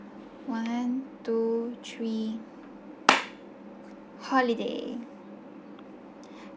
one two three holiday